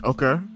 Okay